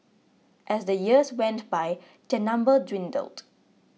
as the years went by their number dwindled